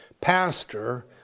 Pastor